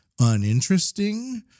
uninteresting